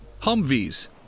Humvees